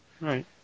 Right